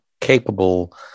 capable